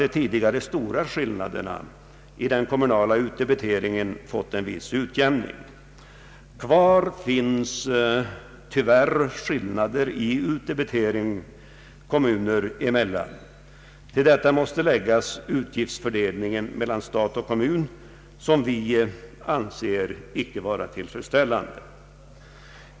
De tidigare stora skillnaderna i den kommunala utdebiteringen har härigenom till viss del utjämnats. Kvar finns tyvärr skillnader i utdebiteringen kommuner emellan. Till detta måste läggas utgiftsfördelningen mellan stat och kommun som vi anser icke vara tillfredsställande.